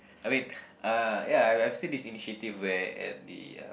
I mean uh ya I have seen this initiative where at the uh